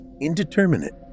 indeterminate